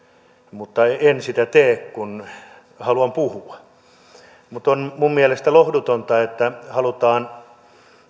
mutta en sitä tee kun haluan puhua on minun mielestäni lohdutonta että halutaan